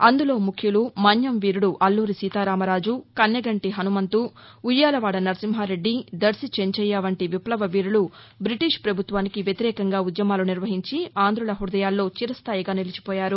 అందులో ముఖ్యులు మన్యం వీరుడు అల్లూరి సీతారామరాజు టంగుటూరి పకాశం పంతులు కన్నెగంటి హనుమంత ఉయ్యాలవాడ నరసింహా రెడ్జి దర్శి చెంచయ్య వంటి విప్లవ వీరులు బీటిష్ పభుత్వానికి వ్యతిరేకంగా ఉద్యమాలు నిర్వహించి ఆంధ్రుల హృదయాల్లో చిరస్థాయిగా నిలిచిపోయారు